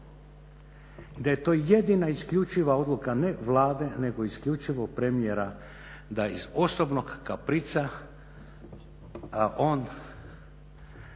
Da je to jedina isključiva odluka ne Vlade nego isključivo premijera da iz osobnog kaprica on